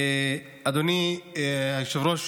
אדוני היושב-ראש,